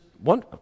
one